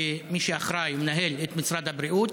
כמי שאחראי ומנהל את משרד הבריאות,